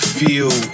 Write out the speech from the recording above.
feel